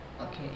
Okay